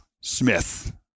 smith